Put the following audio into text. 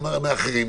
גם מאחרים,